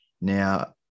Now